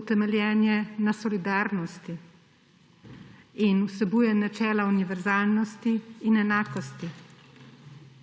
Utemeljen je na solidarnosti in vsebuje načela univerzalnosti in enakosti.